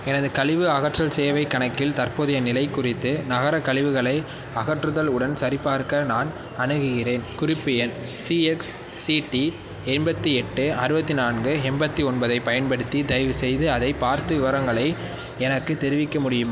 எனது கழிவு அகற்றல் சேவைக் கணக்கில் தற்போதைய நிலை குறித்து நகரக் கழிவுகளை அகற்றுதல் உடன் சரிபார்க்க நான் அணுகுகிறேன் குறிப்பு எண் சிஎக்ஸ்சிடி எண்பத்தி எட்டு அறுபத்தி நான்கு எண்பத்தி ஒன்பதைப் பயன்படுத்தி தயவுசெய்து அதைப் பார்த்து விவரங்களை எனக்குத் தெரிவிக்க முடியுமா